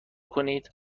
کنید